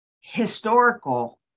historical